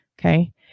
okay